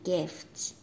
Gifts